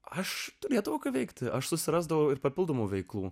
aš lietuvoje veikti aš susirasdavau ir papildomų veiklų